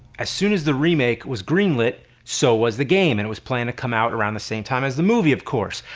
as soon as the remake was greenlit, so was the game and was planned to come out around the same time as the movie of course.